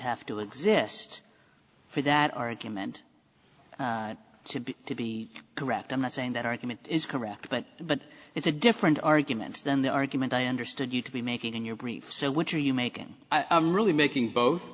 have to exist for that argument to be to be correct i'm not saying that argument is correct but but it's a different argument than the argument i understood you to be making in your brief so what are you making i'm really making both